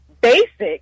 basic